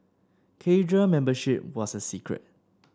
cadre membership was a secret